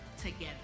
together